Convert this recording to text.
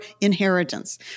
inheritance